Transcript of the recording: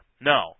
no